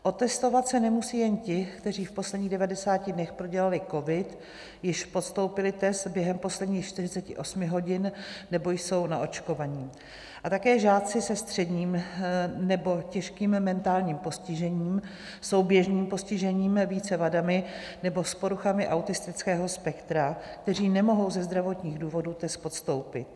Otestovat se nemusí jen ti, kteří v posledních 90 dnech prodělali covid, již podstoupili test během posledních 48 hodin nebo jsou naočkovaní, a také žáci se středním nebo těžkým mentálním postižením, souběžným postižením více vadami nebo s poruchami autistického spektra, kteří nemohou ze zdravotních důvodů test podstoupit.